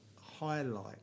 highlight